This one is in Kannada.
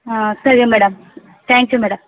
ಹಾಂ ಸರಿ ಮೇಡಮ್ ತ್ಯಾಂಕ್ ಯು ಮೇಡಮ್